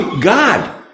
God